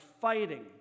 fighting